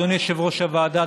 אדוני יושב-ראש הוועדה,